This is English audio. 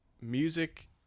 music